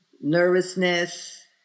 nervousness